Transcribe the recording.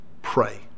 Pray